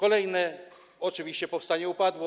Oczywiście powstanie upadło.